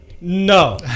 no